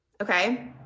Okay